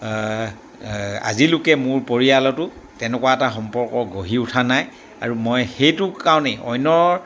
আজিলৈকে মোৰ পৰিয়ালতো তেনেকুৱা এটা সম্পৰ্ক গঢ়ি উঠা নাই আৰু মই সেইটো কাৰণেই অন্য